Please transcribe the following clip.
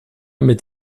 mit